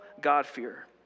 God-fear